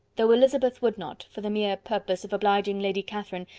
though elizabeth would not, for the mere purpose of obliging lady catherine,